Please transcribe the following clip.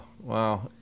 wow